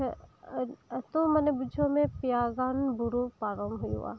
ᱮᱛᱚ ᱢᱟᱱᱮ ᱵᱩᱡᱷᱟᱹᱣ ᱢᱮ ᱯᱮᱭᱟ ᱜᱟᱱ ᱵᱩᱨᱩ ᱯᱟᱨᱚᱢ ᱦᱩᱭᱩᱜᱼᱟ